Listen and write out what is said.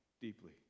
deeply